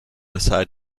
aside